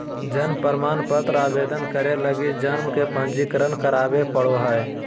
जन्म प्रमाण पत्र आवेदन करे लगी जन्म के पंजीकरण करावे पड़ो हइ